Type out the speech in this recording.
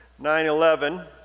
9-11